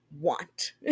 want